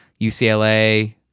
UCLA